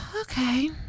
Okay